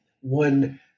one